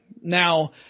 Now